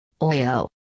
Oyo